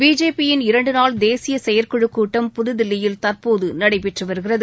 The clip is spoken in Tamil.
பிஜேபியின் இரண்டு நாள் தேசிய செயற்குழுக் கூட்டம் புதுதில்லியில் தற்போது நடைபெற்று வருகிறது